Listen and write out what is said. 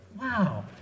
Wow